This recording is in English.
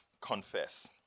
confess